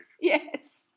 Yes